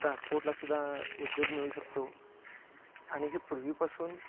ट्रान्सपोर्टलासुद्धा उद्योग मिळू शकतो आणि ही पूर्वीपासून